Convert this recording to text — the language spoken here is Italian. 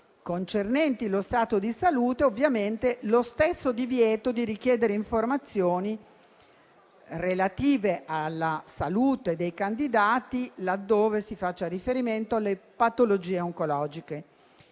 concernenti lo stato di salute, ovviamente lo stesso divieto di richiedere informazioni relative alla salute dei candidati, laddove si faccia riferimento alle patologie oncologiche.